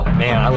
man